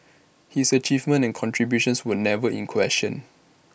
his achievements and contributions would never in question